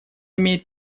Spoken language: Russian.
имеет